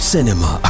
Cinema